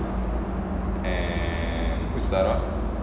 and who's that ah